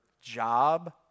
job